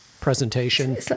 presentation